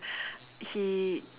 he